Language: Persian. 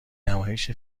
نمایش